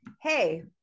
hey